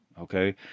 Okay